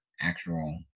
actual